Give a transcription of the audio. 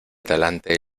talante